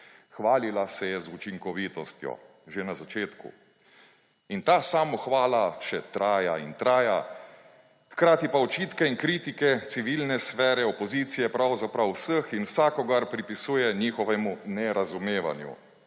hvalila se je z učinkovitostjo že na začetku. In ta samohvala še traja in traja, hkrati pa očitke in kritike civilne sfere opozicije pravzaprav vseh in vsakogar pripisuje njihovemu nerazumevanju.